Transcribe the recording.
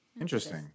Interesting